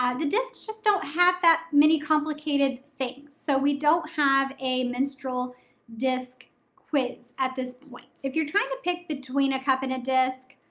ah the disc just don't have that many complicated things. so we don't have a menstrual disc quiz at this point. if you're trying to pick between a cup and a disc,